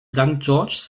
george’s